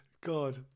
god